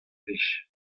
plij